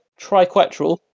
triquetral